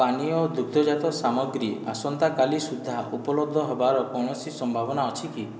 ପାନୀୟ ଦୁଗ୍ଧଜାତ ସାମଗ୍ରୀ ଆସନ୍ତା କାଲି ସୁଦ୍ଧା ଉପଲବ୍ଧ ହେବାର କୌଣସି ସମ୍ଭାବନା ଅଛି କି